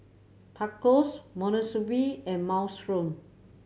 Tacos Monsunabe and Minestrone